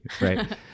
right